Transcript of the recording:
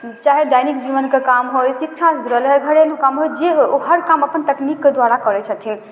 चाहे दैनिक जीवनके काम होइ शिक्षासँ जुड़ल होइ घरेलू काम होइ जे होइ ओ हर काम अपन तकनीकके द्वारा करय छथिन